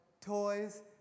toys